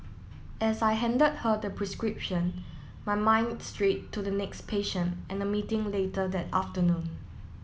as I handed her the prescription my mind strayed to the next patient and the meeting later that afternoon